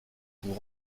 pour